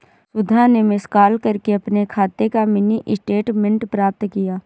सुधा ने miss call करके अपने खाते का मिनी स्टेटमेंट प्राप्त किया